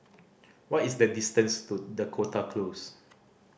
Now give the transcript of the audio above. what is the distance to Dakota Close